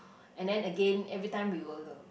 and then again every time we were the